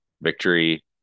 victory